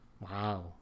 Wow